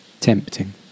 Tempting